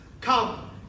Come